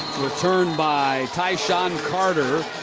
returned by tysean carter.